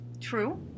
True